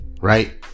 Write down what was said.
right